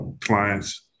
clients